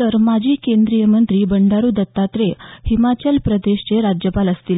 तर माजी केंद्रीय मंत्री बंडारू दत्तात्रेय हिमाचल प्रदेशचे राज्यपाल असतील